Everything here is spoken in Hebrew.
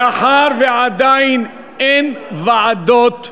מאחר שעדיין אין ועדות,